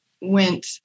went